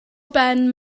ben